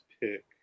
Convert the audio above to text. pick